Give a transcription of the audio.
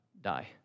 die